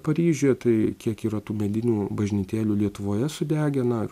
paryžiuje tai kiek yra tų medinių bažnytėlių lietuvoje sudegę na